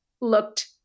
looked